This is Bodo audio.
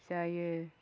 जायो